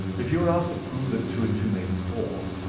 if you were asked to prove that two and two made four,